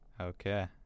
Okay